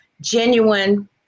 genuine